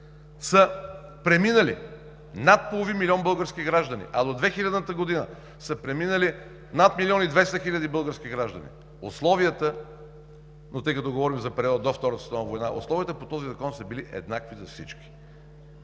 са преминали над половин милион български граждани, а до 2000 г. са преминали над милион и двеста хиляди български граждани, но тъй като говорим за периода до Втората световна война, условията по този закон са били еднакви за всички.